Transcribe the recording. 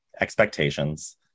expectations